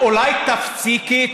אולי תפסיקי?